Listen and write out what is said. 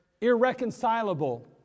irreconcilable